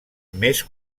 més